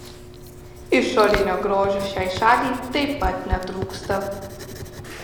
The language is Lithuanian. išorinio grožio šiai šaliai taip pat netrūksta